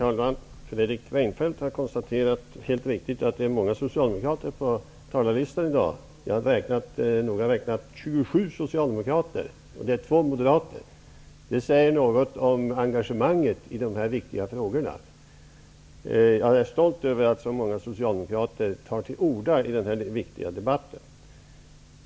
Herr talman! Fredrik Reinfeldt har helt riktigt konstaterat att det är många socialdemokrater på talarlistan i dag. Jag har räknat till 27 socialdemokrater och 2 moderater. Det säger något om engagemanget i dessa viktiga frågor. Jag är stolt över att så många socialdemokrater tar till orda i den här viktiga debatten.